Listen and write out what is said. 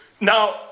now